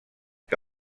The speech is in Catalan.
que